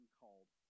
called